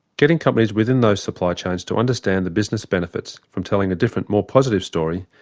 getting companies within those supply chains to understand the business benefits from telling a different, more positive story,